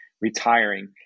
retiring